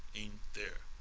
in there.